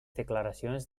declaracions